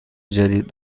جدید